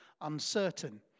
uncertain